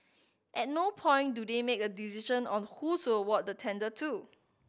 at no point do they make a decision on who to award the tender to